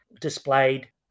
displayed